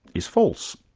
is false.